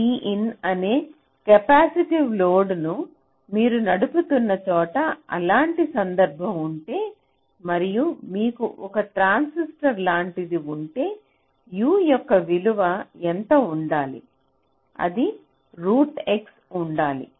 XCin అనే capacitive లోడ్ను మీరు నడుపుతున్న చోట ఇలాంటి సందర్భం ఉంటే మరియు మీకు ఒక ట్రాన్సిస్టర్ లాంటిది ఉంటే U యొక్క విలువ ఎంత ఉండాలి అది √ X ఉండాలి